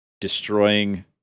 destroying